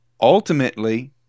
ultimately